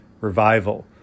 revival